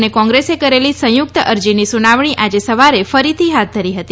અને કોંગ્રેસે કરેલી સંયુક્ત અરજીની સુનવણી આજે સવારે ફરીથી હાથ ધરી હતી